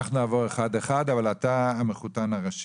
אנחנו נעבור אחד אחד, אבל אתה המחותן הראשי.